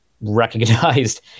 recognized